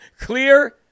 Clear